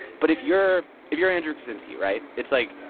but if you're if you're andrew kaczynski right? it's like,